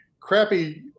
crappy